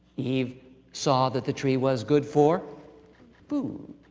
eve saw that the tree was good for food,